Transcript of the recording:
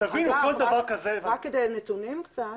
קצת נתונים.